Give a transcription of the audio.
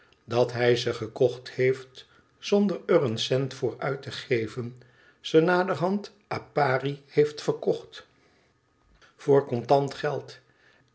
dat hij ze gekocht heeft zonder er een cent voor uit te geven ze naderhand k pari heeft verkocht voor contant geld